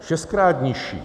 Šestkrát nižší.